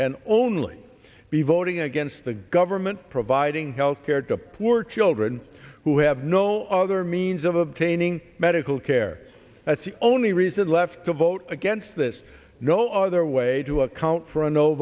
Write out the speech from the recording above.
can only be voting against the government providing health care to poor children who have no other means of obtaining medical care that's the only reason left to vote against this no other way to account for a